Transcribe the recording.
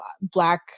black